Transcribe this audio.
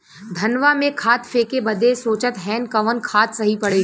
धनवा में खाद फेंके बदे सोचत हैन कवन खाद सही पड़े?